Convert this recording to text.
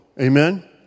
Amen